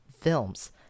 films